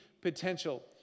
potential